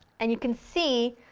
and you can see.